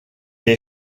est